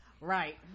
Right